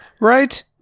Right